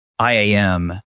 IAM